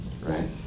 right